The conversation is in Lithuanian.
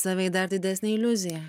save į dar didesnę iliuziją